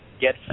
get